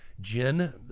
Jen